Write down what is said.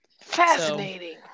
Fascinating